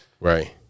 Right